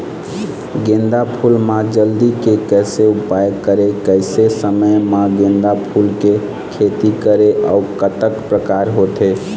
गेंदा फूल मा जल्दी के कैसे उपाय करें कैसे समय मा गेंदा फूल के खेती करें अउ कतेक प्रकार होथे?